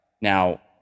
Now